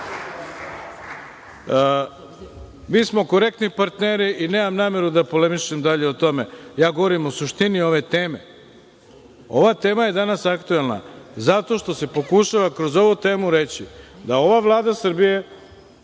smo korektni partneri i nemam nameru da polemišem dalje o tome. Ja govorim o suštini ove teme. Ova tema je danas aktuelna zato što se pokušava kroz ovu temu reći da ova Vlada Srbije